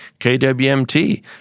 KWMT